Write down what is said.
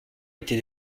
été